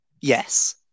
Yes